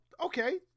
okay